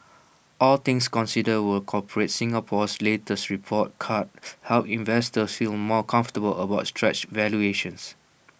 all things considered will corporate Singapore's latest report card help investors feel more comfortable about stretched valuations